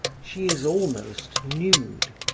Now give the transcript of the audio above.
she is almost nude.